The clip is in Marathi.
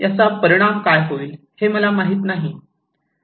याचा परिणाम काय होईल हे मला माहित नाही